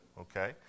okay